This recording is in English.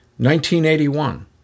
1981